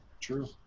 True